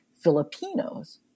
Filipinos